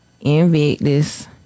Invictus